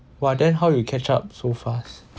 !wah! then how you catch up so fast